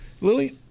Lily